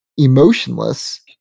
emotionless